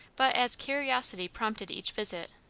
but as curiosity prompted each visit,